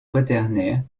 quaternaire